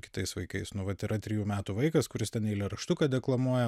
kitais vaikais nu vat yra trejų metų vaikas kuris ten eilėraštuką deklamuoja